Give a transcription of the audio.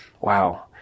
wow